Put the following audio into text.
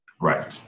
Right